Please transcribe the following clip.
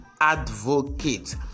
Advocate